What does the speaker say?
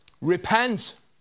Repent